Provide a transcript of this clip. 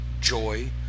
joy